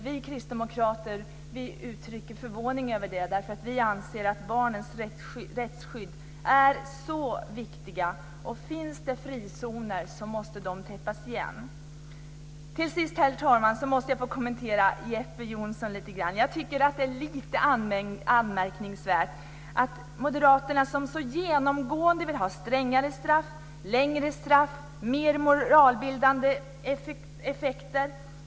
Vi kristdemokrater vill uttrycka vår förvåning över detta. Vi anser att barnens rättsskydd är oerhört viktigt. Finns det frizoner så måste de tas bort. Till sist vill jag kommentera det som Jeppe Johnsson sade. Moderaterna vill genomgående ha längre straff, strängare straff, mer moralbildande effekter.